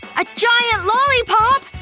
a giant lollipop!